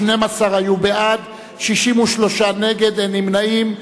12 היו בעד, 63 נגד, אין נמנעים.